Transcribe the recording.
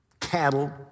cattle